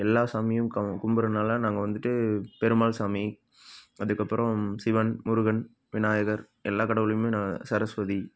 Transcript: எல்லா சாமியும் க கும்புட்றனால நாங்கள் வந்துவிட்டு பெருமாள் சாமி அதற்கப்புறோம் சிவன் முருகன் விநாயகர் எல்லா கடவுளையுமே நான் சரஸ்வதி